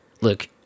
look